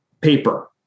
paper